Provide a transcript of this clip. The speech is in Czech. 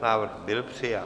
Návrh byl přijat.